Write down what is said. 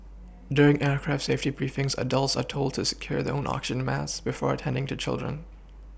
during aircraft safety briefings adults are told to secure their own oxygen masks before attending to children